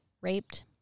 raped